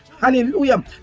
hallelujah